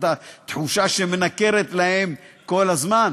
תחושה שמנקרת בהם כל הזמן.